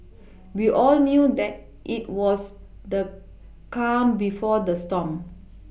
we all knew that it was the calm before the storm